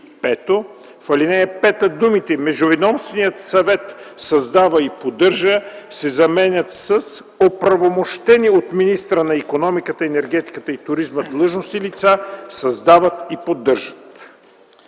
В ал. 5 думите „Междуведомственият съвет създава и поддържа” се заменят с „Оправомощени от министъра на икономиката, енергетиката и туризма длъжностни лица създават и поддържат”.